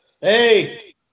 Hey